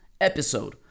episode